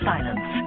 Silence